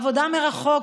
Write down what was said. עבודה מרחוק,